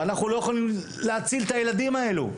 אנחנו לא יכולים להציל את הילדים האלה.